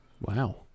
Wow